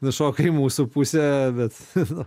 nušoka į mūsų pusę bet